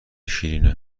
شیرینه